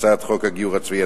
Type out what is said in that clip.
1. הצעת חוק הגיור הצבאי,